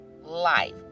life